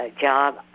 job